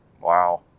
Wow